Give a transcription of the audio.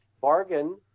bargain